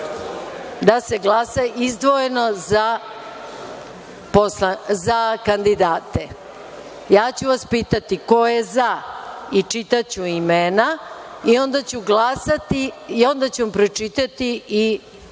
da se glasa izdvojeno za kandidate. Ja ću vas pitati ko je za i čitaću imena i onda ću glasati, onda ću vam pročitati ime